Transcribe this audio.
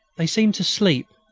they seemed to sleep,